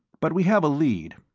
but we have a lead.